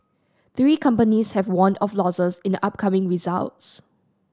three companies have warned of losses in the upcoming results